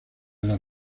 edad